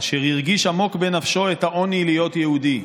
"אשר הרגיש עמוק בנפשו את העוני להיות יהודי".